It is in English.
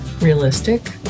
realistic